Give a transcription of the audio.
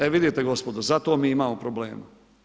E vidite gospodo, zato mi imamo problema.